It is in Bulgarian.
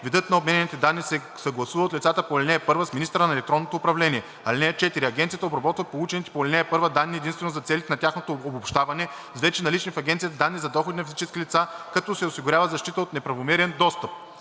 Видът на обменяните данни се съгласува от лицата по ал. 1 с министъра на електронното управление. (4) Агенцията обработва получените по ал. 1 данни единствено за целите на тяхното обобщаване с вече налични в агенцията данни за доходи на физически лица, като се осигурява защита от неправомерен достъп.